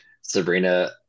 Sabrina